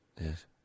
Yes